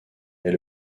est